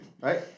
right